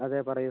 അതെ പറയൂ